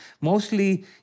Mostly